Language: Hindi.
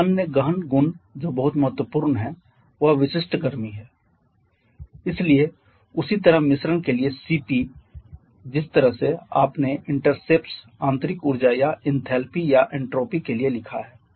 दो अन्य गहन गुण जो बहुत महत्वपूर्ण हैं वह विशिष्ट गर्मी है इसलिए उसी तरह मिश्रण के लिए Cp जिस तरह से आपने इंटरसेप्स आंतरिक ऊर्जा या इनथैलपी या एन्ट्रॉपी के लिए लिखा है